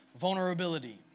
vulnerability